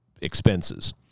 expenses